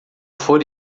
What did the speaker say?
for